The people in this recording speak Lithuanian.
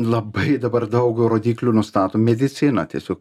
labai dabar daug rodyklių nustato medicina tiesiog